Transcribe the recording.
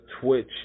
Twitch